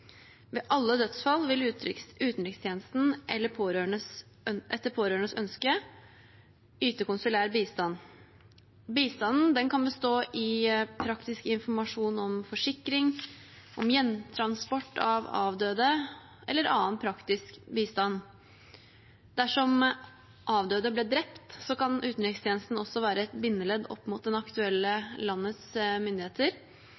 Ved alle dødsfall vil utenrikstjenesten etter pårørendes ønske yte konsulær bistand. Bistanden kan bestå i praktisk informasjon om forsikring og hjemtransport av avdøde, eller det kan være annen praktisk bistand. Dersom avdøde ble drept, kan utenrikstjenesten også være et bindeledd opp mot det aktuelle landets myndigheter,